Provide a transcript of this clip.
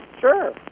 Sure